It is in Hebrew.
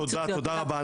תודה, תודה רבה.